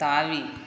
தாவி